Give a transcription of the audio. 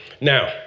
Now